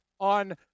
On